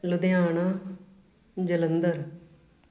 Ludhiana Jalandhar